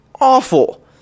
awful